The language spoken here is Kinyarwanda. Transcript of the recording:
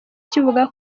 kivuga